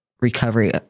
recovery